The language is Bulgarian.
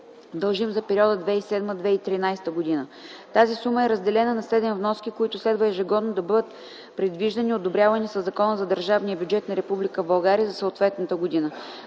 дължим за периода 2007 – 2013 г. Тази сума е разделена на 7 вноски, които следва ежегодно да бъдат предвиждани и одобрявани със Закона за държавния бюджет на Република България за съответната година.